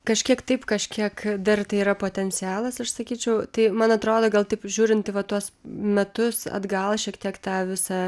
kažkiek taip kažkiek dar tai yra potencialas aš sakyčiau tai man atrodo gal taip žiūrint į va tuos metus atgal šiek tiek tą visą